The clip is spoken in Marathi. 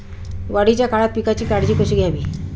वाढीच्या काळात पिकांची काळजी कशी घ्यावी?